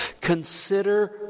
Consider